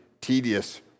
tedious